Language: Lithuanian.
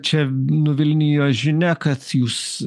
čia nuvilnijo žinia kad jūs